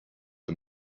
the